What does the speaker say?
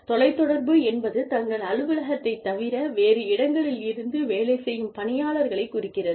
தொலைத்தொடர்பு என்பது தங்கள் அலுவலகத்தைத் தவிர வேறு இடங்களில் இருந்து வேலை செய்யும் பணியாளர்களைக் குறிக்கிறது